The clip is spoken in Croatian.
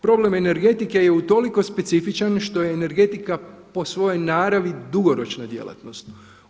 Problem energetike je utoliko specifičan što je energetika po svojoj naravi dugoročna djelatnost.